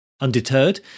Undeterred